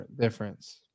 difference